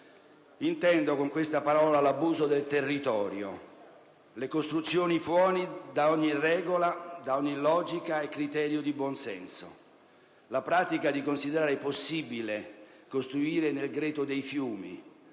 Intendo con questa parola l'abuso del territorio, le costruzioni fuori da ogni regola, da ogni logica e criterio di buonsenso, la pratica di considerare possibile costruire nel greto dei fiumi,